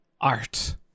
art